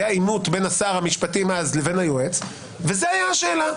היה עימות בין שר המשפטים אז ליועץ וזו הייתה השאלה,